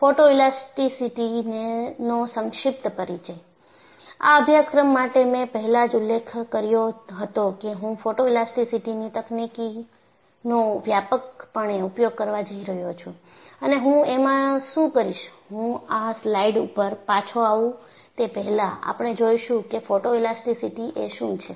photoelasticity નો સંક્ષિપ્ત પરિચય આ અભ્યાસક્રમ માટે મેં પહેલા જ ઉલ્લેખ કર્યો હતો કે હું ફોટોઈલાસ્ટીસીટીની ટક્નિકનો વ્યાપકપણે ઉપયોગ કરવા જઈ રહ્યો છું અને હું એમાં શું કરીશ હું આ સ્લાઈડ ઉપર પાછો આવું તે પહેલા આપણે જોઈશું કે ફોટોઈલાસ્ટીસીટી એ શું છે